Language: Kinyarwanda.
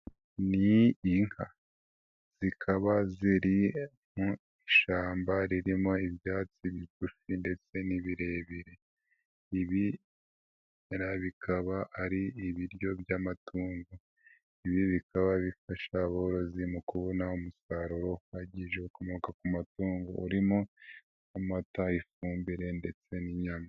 Ni inka zikaba ziri mu ishamba ririmo ibyatsi bigufi ndetse n'ibirebire, ibi bikaba ari ibiryo by'amatungo, ibi bikaba bifasha aborozi mu kubona umusaruro uhagije ukomoka ku matungo urimo amata, ifumbire ndetse n'inyama.